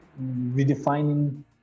redefining